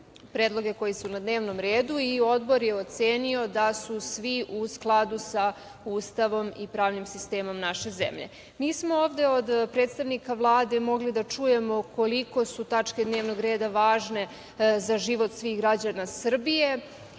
predloge koji su na dnevnom redu i Odbor je ocenio da su svi u skladu sa Ustavom i pravnim sistemom naše zemlje. Mi smo ovde od predstavnika Vlade mogli da čujemo koliko su tačke dnevnog reda važne za život svih građana Srbije